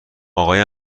آقای